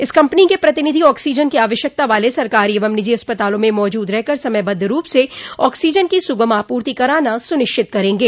इस कम्पनी के प्रतिनिधि ऑक्सीजन की आवश्यकता वाले सरकारी एवं निजी अस्पतालों में मौजूद रहकर समयबद्ध रूप से ऑक्सीजन की सुगम आपूर्ति कराना सुनिश्चित करेंगे